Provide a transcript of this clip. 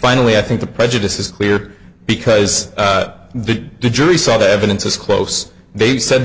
finally i think the prejudice is clear because the jury saw the evidence as close they said